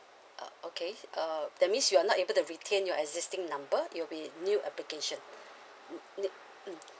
uh okay uh that means you are not able to retain your existing number it will be new application uh new mm